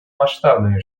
масштабными